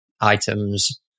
items